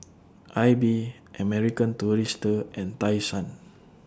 AIBI American Tourister and Tai Sun